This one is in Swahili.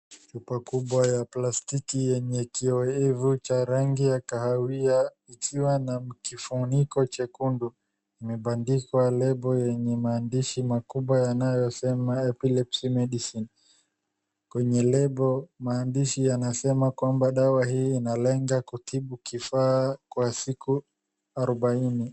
Chupa kubwa ya plastiki yenye kioevu cha rangi ya kahawia ikiwa na kifuniko chekundu, imebandikwa lebo yenye maandishi makubwa yanayosema [cs EPILEPSY MEDICINE . Kwenye lebo maandishi yanasema kwamba dawa hii inalenga kutibu kifaa kwa siku arubaini.